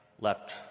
left